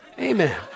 Amen